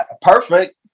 Perfect